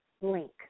link